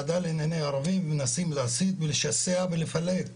מנסים לשסע ולפלג,